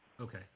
Okay